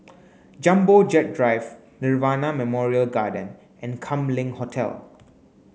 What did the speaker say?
Jumbo Jet Drive Nirvana Memorial Garden and Kam Leng Hotel